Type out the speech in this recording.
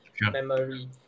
memory